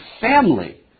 family